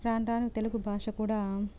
రాను రాను తెలుగు భాష కూడా